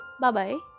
Bye-bye